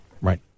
Right